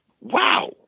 Wow